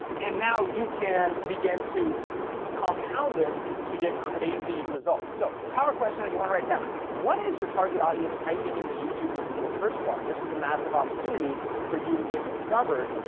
and now, you can begin to compound this to get crazy results. so, power question you wanna write down what is your target audience typing in the youtube and google search bar? this is a massive opportunity for you to get discovered,